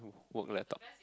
work laptop